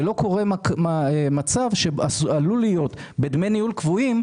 ולא קורה מצב שעלול להיות בדמי ניהול קבועים,